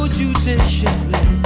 judiciously